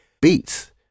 beats